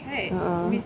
uh uh